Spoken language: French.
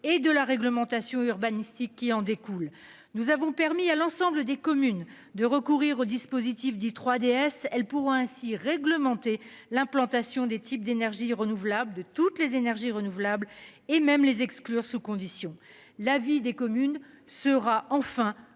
et de la réglementation urbanistique qui en découle. Nous avons permis à l'ensemble des communes de recourir au dispositif dis 3DS elle pourra ainsi réglementer l'implantation des types d'énergies renouvelables de toutes les énergies renouvelables et même les exclure sous conditions la vie des communes sera enfin requis